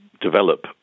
develop